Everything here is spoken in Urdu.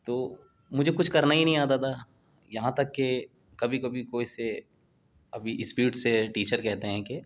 تو مجھے کچھ کرنا ہی نہیں آتا تھا یہاں تک کہ کبھی کبھی کوئی سے ابھی اسپیڈ سے ٹیچر کہتے ہیں کہ